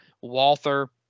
Walther